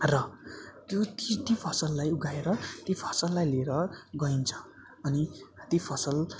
र त्यो ती फसललाई उगाएर त्यो फसललाई लिएर गइन्छ अनि ती फसल